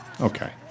Okay